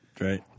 Right